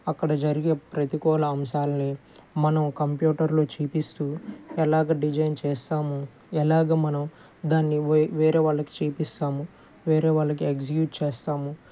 అక్కడ జరిగే ప్రతికూల అంశాలని మనం కంప్యూటర్లో చూపిస్తూ ఎలాగ డిజైన్ చేస్తామో ఎలాగ మనం దాన్ని వె వేరే వాళ్ళకి చూపిస్తాము వేరే వాళ్ళకి ఎగ్జిగ్యూట్ చేస్తాము